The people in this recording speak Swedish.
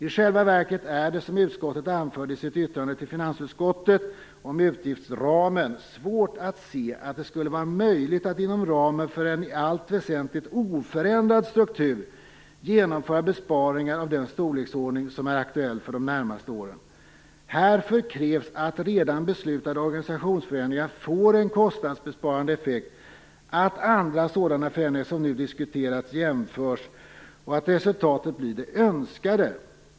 I själva verket är det, som utskottet anförde i sitt yttrande till finansutskottet om utgiftsramen , svårt att se att det skulle vara möjligt att inom ramen för en i allt väsentligt oförändrad struktur genomföra besparingar av den storleksordning som är aktuell för de närmsta åren. Härför krävs att redan beslutade organisationsförändringar får en kostnadsbesparande effekt, att andra sådana förändringar som nu diskuteras genomförs och att resultatet blir det önskade.